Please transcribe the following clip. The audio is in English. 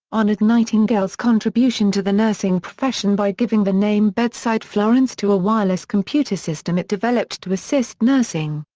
honoured nightingale's contribution to the nursing profession by giving the name bedside florence to a wireless computer system it developed to assist nursing.